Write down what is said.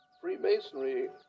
Freemasonry